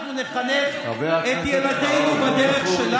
ואנחנו נחנך את ילדינו בדרך שלנו.